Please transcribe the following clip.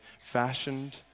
fashioned